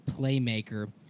playmaker